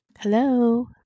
Hello